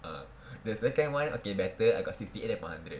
err the second one okay better I got sixty eight upon hundred